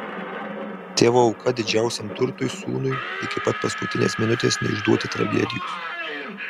tėvo auka didžiausiam turtui sūnui iki pat paskutinės minutės neišduoti tragedijos